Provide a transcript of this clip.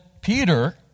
Peter